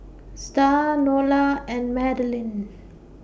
Starr Nola and Madilyn